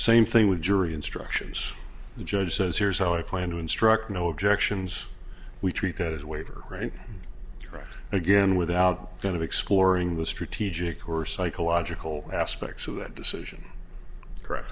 same thing with jury instructions the judge says here's how i plan to instruct no objections we treat that as a waiver right again without then of exploring the strategic or psychological aspects of that decision correct